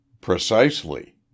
Precisely